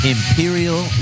Imperial